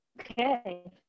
okay